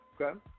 Okay